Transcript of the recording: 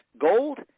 gold